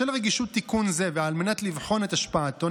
בשל רגישות תיקון זה ועל מנת לבחון את השפעתו